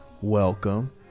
welcome